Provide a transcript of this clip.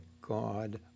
God